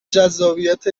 جذابیت